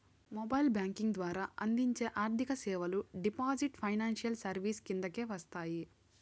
mobile banking ద్వారా అందించే ఆర్థిక సేవలు డిజిటల్ ఫైనాన్షియల్ సర్వీసెస్ కిందకే వస్తాయి